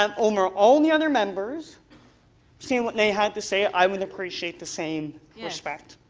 um over all the other members seeing what they have to say, i would appreciate the same respect.